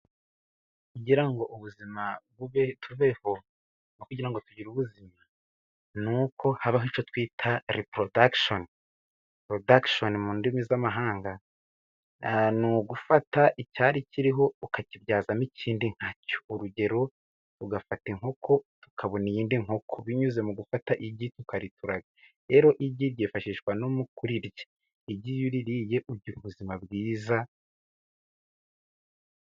Kugira ngo ubuzima bube tubeho kugira ngo tugire ubuzima ni uko habaho icyo twita reporodagishoni. porodagishoni mu ndimi z'amahanga ni ugufata icyari kiriho ukakibyazamo ikindi nkacyo. urugero: ugafata inkoko tukabona iyindi nkoko binyuze mu gufata igi tukarituraga, rero igi ryifashishwa no mu kurirya igihe iyoririye ugira ubuzima bwiza.